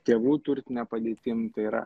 tėvų turtine padėtim tai yra